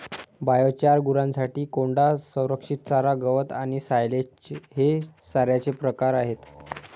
biochar, गुरांसाठी कोंडा, संरक्षित चारा, गवत आणि सायलेज हे चाऱ्याचे प्रकार आहेत